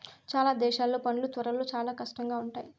చాలా దేశాల్లో పనులు త్వరలో చాలా కష్టంగా ఉంటాయి